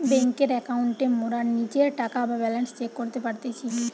বেংকের একাউন্টে মোরা নিজের টাকা বা ব্যালান্স চেক করতে পারতেছি